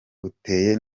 uteye